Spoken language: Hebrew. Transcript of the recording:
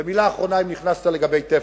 ומלה אחרונה, אם נכנסת, לגבי "תפרון"